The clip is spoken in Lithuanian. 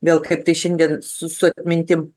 vėl kaip tai šiandien su su atmintim